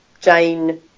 Jane